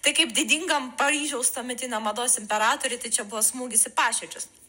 tai kaip didingam paryžiaus tuometiniam mados imperatoriui tai čia buvo smūgis į paširdžius